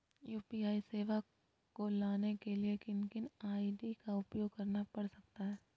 UPI सेवाएं को लाने के लिए किन किन आई.डी का उपयोग करना पड़ सकता है?